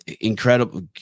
Incredible